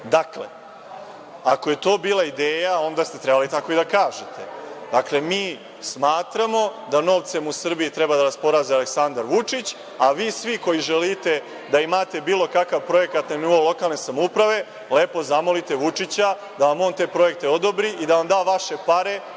ako je to bila ideja, onda ste trebali tako i da kažete. Dakle, mi smatramo da novcem u Srbiji treba da raspolaže Aleksandar Vučić, a vi svi koji želite da imate bilo kakav projekat na nivou lokalne samouprave lepo zamolite Vučića da vam on te projekte odobri i da vam da vaše pare,